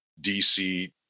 DC